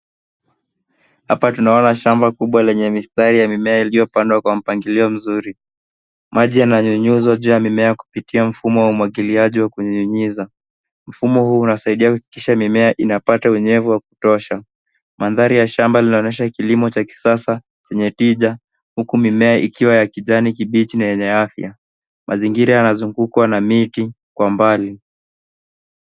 Hapa tunaona shamba kubwa lenye mistari ya mimea iliyopandwa kwa mpangilio mzuri. Maji yananyunyuzwa juu ya mimea kupitia mfumo wa umwagiliaji wa kunyunyiza. Mfumo huu unasaidia kuhakikisha kuwa mimea inapata unyevu wa kutosha. Mandhari ya shamba linaonyesha kilimo cha kisasa chenye tija huku mimea ikiwa ya kijani kibichi na yenye afya. Mazingira yanazungukwa na miti kwa mbali.